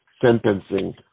sentencing